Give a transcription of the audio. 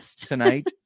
tonight